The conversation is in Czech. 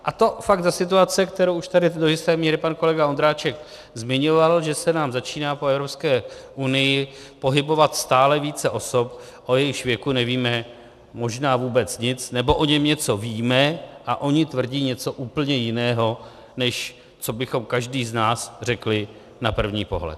A to fakt za situace, kterou už tady do jisté míry pan kolega Ondráček zmiňoval, že se nám začíná po Evropské unii pohybovat stále více osob, o jejichž věku nevíme možná vůbec nic, nebo o něm něco víme, a oni tvrdí něco úplně jiného, než co bychom každý z nás řekli na první pohled.